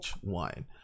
one